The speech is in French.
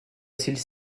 celles